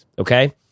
okay